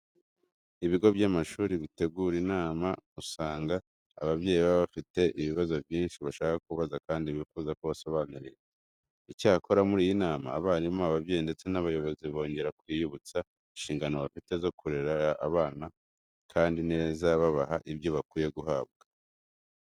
Ibigo by'amashuri bitegura inama aho usanga ababyeyi baba bafite ibibazo byinshi bashaka kubaza kandi bifuza ko babasobanurira. Icyakora muri iyi nama abarimu, ababyeyi ndetse n'abayobozi bongera kwiyibutsa inshingano bafite zo kurera abana kandi neza babaha ibyo bakwiye guhabwa.